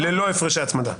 ללא הפרשי הצמדה.